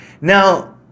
Now